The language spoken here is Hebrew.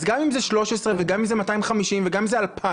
אז גם אם זה 13 וגם אם זה 250, וגם אם זה 2,000,